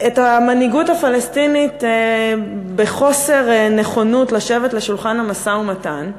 את המנהיגות הפלסטינית בחוסר נכונות לשבת לשולחן המשא-ומתן,